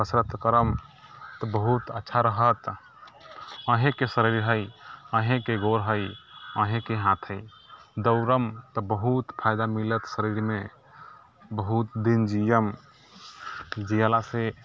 कसरत करब तऽ बहुत अच्छा रहत अहीँके शरीर हइ अहीँके गोर हइ अहीँके हाथ हइ दौड़ब तऽ बहुत फायदा मिलत शरीरमे बहुत दिन जीअब जीलासँ